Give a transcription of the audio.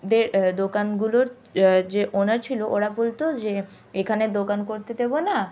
দের দোকানগুলোর যে ওনার ছিল ওরা বলত যে এখানে দোকান করতে দেবো না